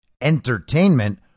entertainment